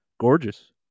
gorgeous